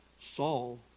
Saul